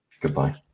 Goodbye